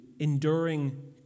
Enduring